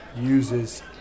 uses